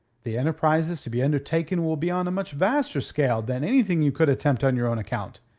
the enterprises to be undertaken will be on a much vaster scale than anything you could attempt on your own account.